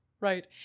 right